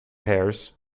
hares